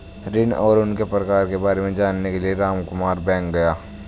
ऋण और उनके प्रकार के बारे में जानने के लिए रामकुमार बैंक गया